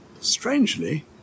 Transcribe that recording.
strangely